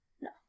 no